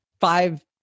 five